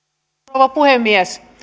rouva puhemies